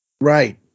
Right